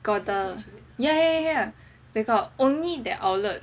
got the ya ya ya they got only that outlet